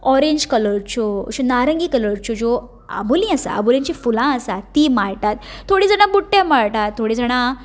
orange कलरच्यो अशी नारंगी कलरच्यो ज्यो आबोंली आसा आबोंलींची फुलां आसा ती माळटात थोडी जाणा बुट्टे माळटात थोडी जाणा